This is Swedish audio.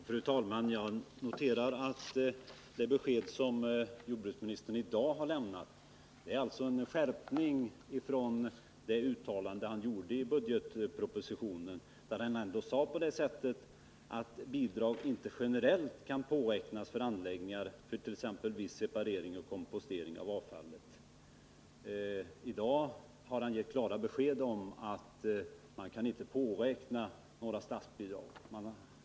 Fru talman! Jag noterar att det besked som jordbruksministern i dag har lämnat innebär en skärpning i förhållande till det uttalande han gjorde i budgetpropositionen, där han sade att bidrag inte generellt kan påräknas för anläggningar fört.ex. viss separering och kompostering av avfallet. I dag har han givit klara besked om att man över huvud taget inte kan påräkna några statsbidrag.